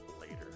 later